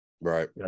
Right